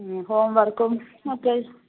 home വർക്കും ഒക്കെ